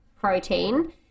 protein